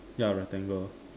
ya rectangle